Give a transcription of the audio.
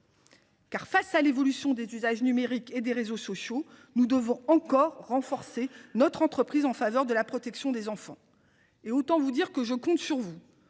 Face à l’évolution des usages numériques et des réseaux sociaux, nous devons encore renforcer notre entreprise en faveur de la protection des enfants, et je compte sur vous,